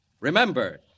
Remember